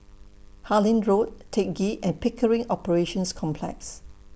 Harlyn Road Teck Ghee and Pickering Operations Complex